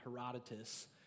Herodotus